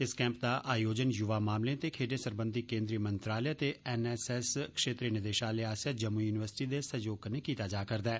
इस कैंप दा आयोजन युवा मामलें ते खेडढें सरबंधी केन्द्री मंत्रालय एनएसएस क्षेत्रीय निदेशालय आसेआ जम्मू युनिवर्सिटी दे सैहयोग कन्नै कीता जा'रदा ऐ